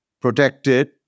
protected